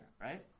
right